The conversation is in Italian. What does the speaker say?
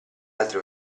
altri